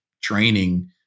training